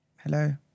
Hello